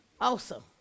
awesome